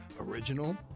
original